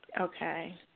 Okay